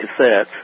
cassettes